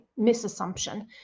misassumption